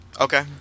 Okay